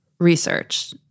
research